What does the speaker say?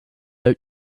out